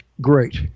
great